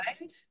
right